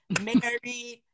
married